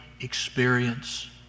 experience